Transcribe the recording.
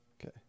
okay